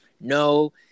no